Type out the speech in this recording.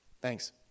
Thanks